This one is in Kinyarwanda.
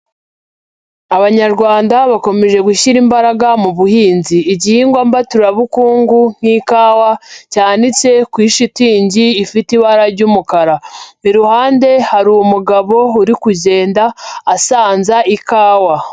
Abanyarwanda bakomeje gushyira imbaraga mu buhinzi, igihingwa mbaturabukungu nk'ikawa cyanitse kuri shitingi ifite ibara ry'umukara, iruhande hari umugabo uri kugenda asanza ikawa.